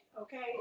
okay